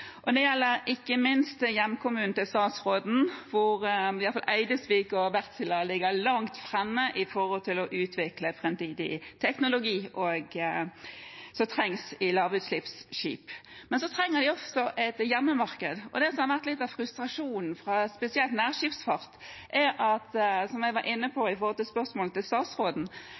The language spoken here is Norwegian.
Det gjelder ikke minst hjemkommunen til statsråden, hvor i hvert fall Eidesvik og Wärtsilä ligger langt framme for å utvikle framtidig teknologi som trengs i lavutslippsskip. Men vi trenger også et hjemmemarked. Det som har vært litt av frustrasjonen for spesielt nærskipsfart, er – som jeg var inne på i spørsmålet til statsråden